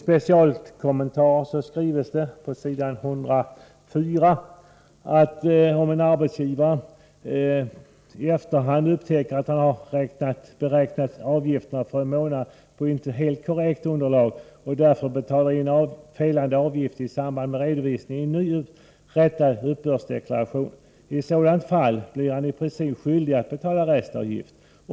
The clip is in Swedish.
”Man kan dock inte bortse från att en arbetsgivare ibland kan komma att i efterhand upptäcka att han har beräknat avgifterna för en månad på ett inte helt korrekt underlag och därför betalar in felande avgift i samband med redovisningen i en ny rättad uppbördsdeklaration. I sådant fall blir han i princip skyldig att betala restavgift.